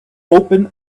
open